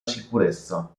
sicurezza